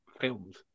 films